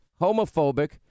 homophobic